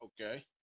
Okay